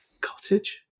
cottage